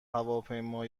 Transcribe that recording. هواپیما